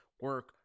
Work